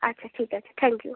আচ্ছা ঠিক আছে থ্যাংক ইউ